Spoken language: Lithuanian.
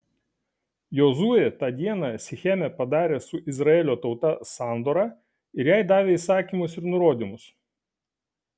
jozuė tą dieną sicheme padarė su izraelio tauta sandorą ir jai davė įsakymus ir nurodymus